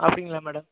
அப்படிங்களா மேடம்